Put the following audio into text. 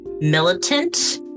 militant